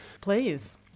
please